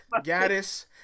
Gaddis